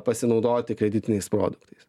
pasinaudoti kreditiniais produktais